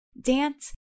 Dance